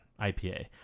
IPA